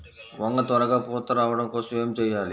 వంగ త్వరగా పూత రావడం కోసం ఏమి చెయ్యాలి?